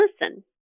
listen